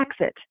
exit